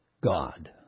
God